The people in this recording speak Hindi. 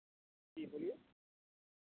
जी बोलिए